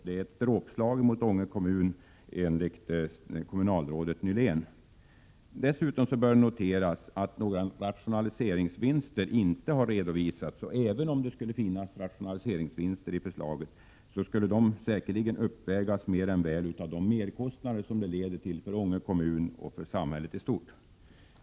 Det är, enligt kommunalrådet Nyhlén, ett dråpslag mot Ånge kommun. Dessutom bör noteras att några rationaliseringsvinster inte har redovisats. Även om förslaget skulle innebära rationaliseringsvinster, skulle de säkerligen mer än väl uppvägas av de merkostnader som det leder till för Ånge kommun och för samhället i stort.